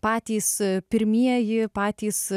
patys pirmieji patys